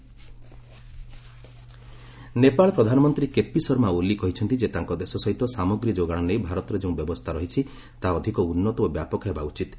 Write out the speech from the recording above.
Nepal PM Nepal ପ୍ରଧାନମନ୍ତ୍ରୀ KP Sharma Oli କହିଛନ୍ତି ଯେ ତାଙ୍କ ଦେଶ ସହିତ ସାମଗ୍ରୀ ଯୋଗାଣ ନେଇ ଭାରତର ଯେଉଁ ବ୍ୟବସ୍ଥା ରହିଛି ତାହା ଅଧିକ ଉନ୍ନତ ଓ ବ୍ୟାପକ ହେବା ଉଚିତ୍